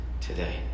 today